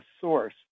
source